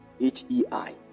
H-E-I